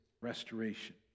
restoration